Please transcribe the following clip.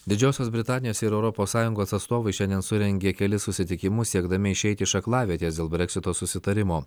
didžiosios britanijos ir europos sąjungos atstovai šiandien surengė kelis susitikimus siekdami išeiti iš aklavietės dėl breksito susitarimo